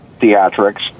theatrics